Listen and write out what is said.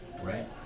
right